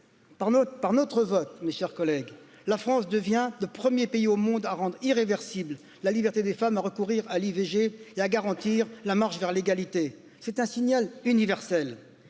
chers collègues, la France devient le 1ᵉʳ pays au monde à rendre irréversible la liberté des femmes, à recourir à l'ivg et à garantir la marche V. L'égalité, c'est un signal universel,